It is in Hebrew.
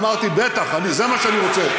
אמרתי: בטח, זה מה שאני רוצה.